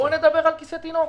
אז בוא נדבר על כיסא תינוק.